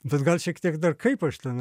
bet gal šiek tiek dar kaip aš ten